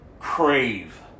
Crave